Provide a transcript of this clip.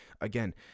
again